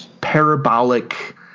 parabolic